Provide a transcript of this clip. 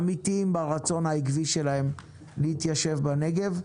אמיתיים ברצון העקבי שלהם להתיישב בנגב.